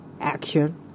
ACTION